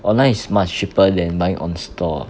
online is much cheaper than buying on store